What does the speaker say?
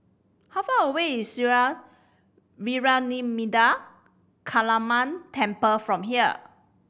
how far away is Sri Vairavimada Kaliamman Temple from here